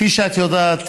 כפי שאת יודעת,